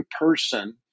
person